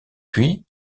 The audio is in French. puis